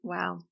Wow